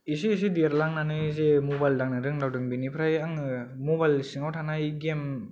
एसे एसे देरलांनानै जे मबाइल दांनो रोंदावदों बेनिफाय आङो मबाइल सिंआव थानाय गेम जेरै